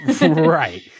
Right